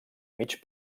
mig